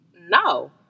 No